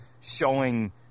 showing